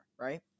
right